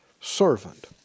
servant